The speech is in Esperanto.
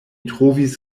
trovis